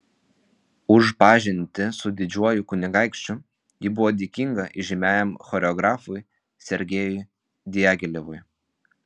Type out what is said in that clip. už pažintį su didžiuoju kunigaikščiu ji buvo dėkinga įžymiajam choreografui sergejui diagilevui